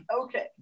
Okay